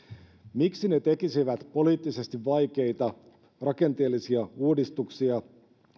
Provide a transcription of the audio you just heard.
miksi ne tekisivät poliittisesti vaikeita rakenteellisia uudistuksia